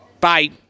Bye